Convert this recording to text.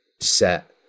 set